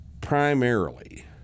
primarily